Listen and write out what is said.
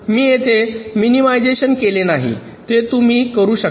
मी येथे मिनिमायझेशन केले नाही ते तुंम्ही करू शकता